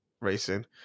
racing